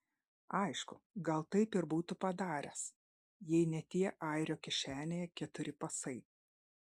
aišku gal taip ir būtų padaręs jei ne tie airio kišenėje keturi pasai